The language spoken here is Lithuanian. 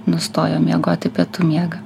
nustojo miegoti pietų miegą